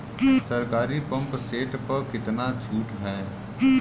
सरकारी pump set प कितना छूट हैं?